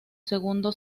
segundo